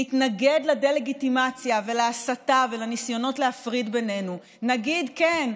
נתנגד לדה-לגיטימציה ולהסתה ולניסיונות להפריד בינינו ונגיד שכן,